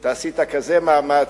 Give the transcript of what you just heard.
אתה עשית כזה מאמץ,